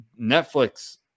Netflix